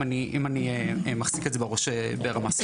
אם אני מחזיק את זה בראש ב- --.